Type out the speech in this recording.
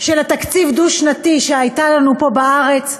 של תקציב דו-שנתי שהייתה לנו פה בארץ?